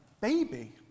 baby